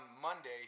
Monday